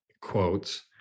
quotes